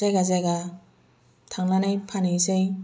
जायगा जायगा थांनानै फानहैनोसै